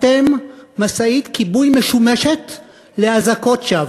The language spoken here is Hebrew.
אתם משאית כיבוי משומשת לאזעקות שווא.